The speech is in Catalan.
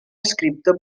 escriptor